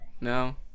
No